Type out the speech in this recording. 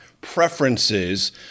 preferences